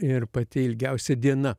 ir pati ilgiausia diena